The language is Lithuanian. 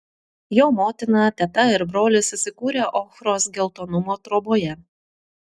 jo motina teta ir brolis įsikūrę ochros geltonumo troboje